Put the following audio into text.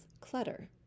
clutter